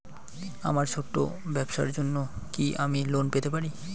আমার ছোট্ট ব্যাবসার জন্য কি আমি লোন পেতে পারি?